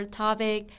topic